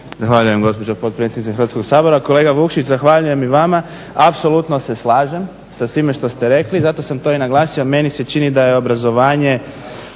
Zahvaljujem gospođo potpredsjednice Hrvatskog sabora. Kolega Vukšić, zahvaljujem i vama, apsolutno se slažem sa svim što ste rekli, zato sam to i naglasio, meni se čini da je obrazovanje